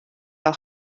fel